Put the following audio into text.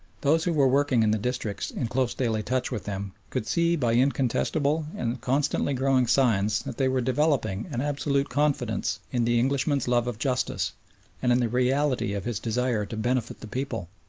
those who were working in the districts in close daily touch with them could see by incontestable and constantly growing signs that they were developing an absolute confidence in the englishman's love of justice and in the reality of his desire to benefit the people,